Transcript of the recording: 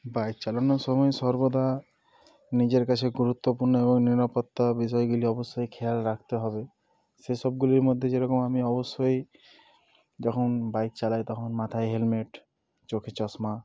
bike চালানোর সময় সর্বদা নিজের কাছে গুরুত্বপূর্ণ এবং নিরাপত্তা বিষয়গুলি অবশ্যই খেয়াল রাখতে হবে সেসবগুলির মধ্যে যেরকম আমি অবশ্যই যখন বাইক চালাই তখন মাথায় হেলমেট চোখে চশমা